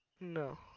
No